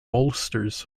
bolsters